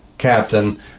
captain